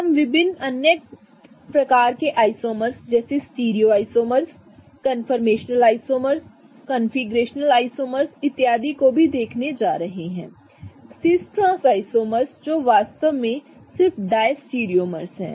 हम विभिन्न अन्य प्रकार के आइसोमर्स जैसे stereoisomers conformational isomers configurational isomers इत्यादि को भी देखने जा रहे हैं सिस ट्रांस आइसोमर्स जो वास्तव में सिर्फ डायस्टीरियोमर्स हैं